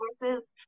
resources